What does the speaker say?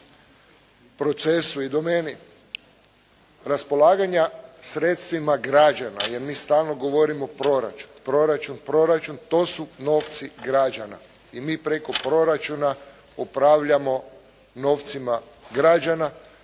procesu i domeni raspolaganja sredstvima građana jer mi stalno govorimo proračun, proračun, proračun. To su novci građana i mi preko proračuna upravljamo novcima građana,